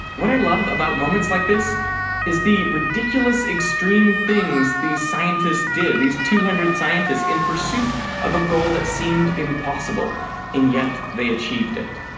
what i love about moments like this is the ridiculous extreme things these scientists did these two hundred scientists in pursuit of a goal that seemed impossible and yet they achieved it.